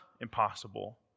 impossible